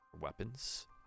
weapons